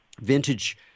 vintage